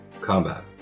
combat